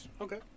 Okay